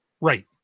Right